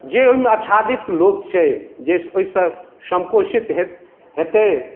जे ओहिमे आच्छादित लोक छै जे ओहिसँ समपोषित हेतै